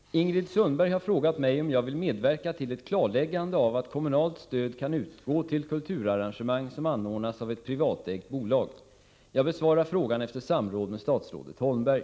Herr talman! Ingrid Sundberg har frågat mig om jag vill medverka till ett klarläggande av att kommunalt stöd kan utgå till kulturarrangemang som = Nr 23 anordnas av ett privatägt bolag. Torsdagen d Jag besvarar frågan efter samråd med statsrådet Holmberg.